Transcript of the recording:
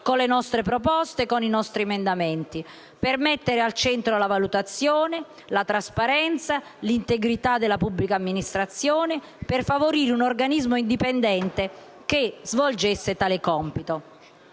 con le nostre proposte e i nostri emendamenti per mettere al centro la valutazione, la trasparenza, l'integrità della pubblica amministrazione e per favorire un organismo indipendente che svolgesse tale compito.